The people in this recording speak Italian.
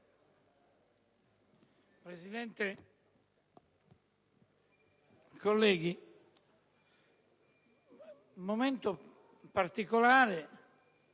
Presidente, colleghi, il momento particolare